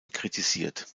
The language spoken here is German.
kritisiert